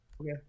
Okay